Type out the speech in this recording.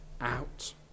out